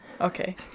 Okay